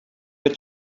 but